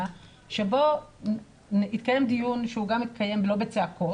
שבו התקיים דיון שגם התקיים לא בצעקות,